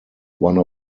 one